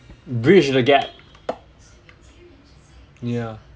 bridge the gap yeah